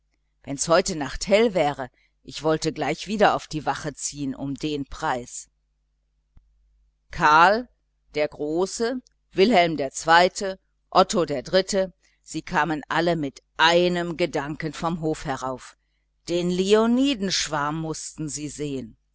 wenn's heute nacht hell wäre ich wollte gleich wieder auf die wache ziehen um den preis karl der große wilhelm der zweite otto der dritte sie kamen alle mit einem gedanken vom hof herauf den leonidenschwarm mußten sie sehen